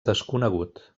desconegut